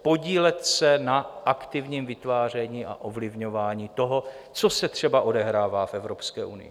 Podílet se na aktivním vytváření a ovlivňování toho, co se třeba odehrává v Evropské unii.